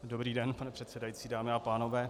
Dobrý den, pane předsedající, dámy a pánové.